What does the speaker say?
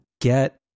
get